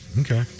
Okay